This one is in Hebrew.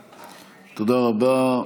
תודה רבה.